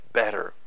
better